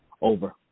over